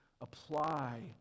apply